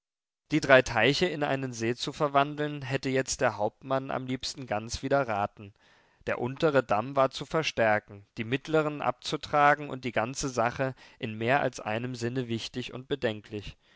die drei teiche in einen see zu verwandeln hätte jetzt der hauptmann am liebsten ganz widerraten der untere damm war zu verstärken die mittlern abzutragen und die ganze sache in mehr als einem sinne wichtig und bedenklich